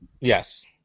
Yes